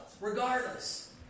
regardless